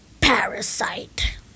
parasite